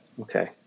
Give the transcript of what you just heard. Okay